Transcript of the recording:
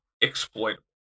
exploitable